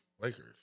Lakers